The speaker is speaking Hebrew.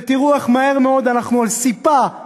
ותראו איך מהר מאוד אנחנו על סִפָּהּ